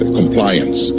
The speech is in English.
compliance